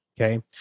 Okay